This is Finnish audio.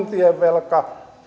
valtionvelka